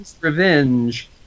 Revenge